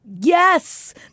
Yes